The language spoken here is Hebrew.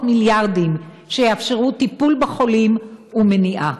מיליארדים שיאפשרו טיפול בחולים ומניעה.